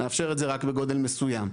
נאפשר את זה רק בגודל מסוים.